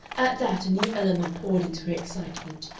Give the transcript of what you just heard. at that a new element poured into her excitement,